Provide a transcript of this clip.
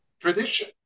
tradition